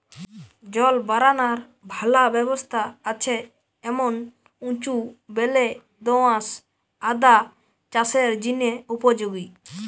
জল বারানার ভালা ব্যবস্থা আছে এমন উঁচু বেলে দো আঁশ আদা চাষের জিনে উপযোগী